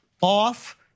off